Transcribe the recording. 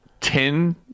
ten